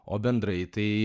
o bendrai tai